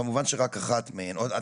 כבוד היו"ר,